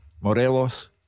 Morelos